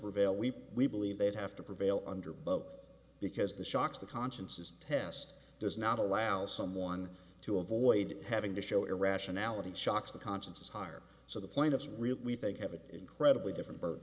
prevail we we believe they'd have to prevail under both because the shocks the conscience is test does not allow someone to avoid having to show irrationality shocks the conscience is higher so the point of we think have an incredibly different burd